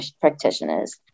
practitioners